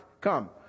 come